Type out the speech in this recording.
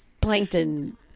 plankton